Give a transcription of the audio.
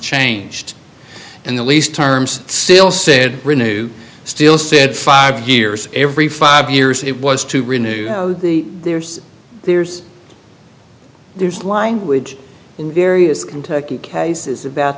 changed and the lease terms still said renew still said five years every five years it was to renew the there's there's there's language in various kentucky cases about